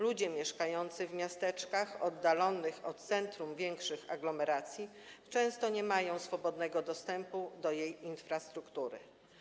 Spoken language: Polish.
Ludzie mieszkający w miasteczkach oddalonych od centrów większych aglomeracji często nie mają swobodnego dostępu do ich infrastruktury.